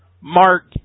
Mark